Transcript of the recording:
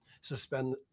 suspend